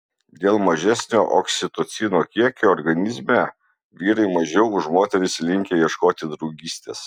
dėl mažesnio oksitocino kiekio organizme vyrai mažiau už moteris linkę ieškoti draugystės